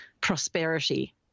prosperity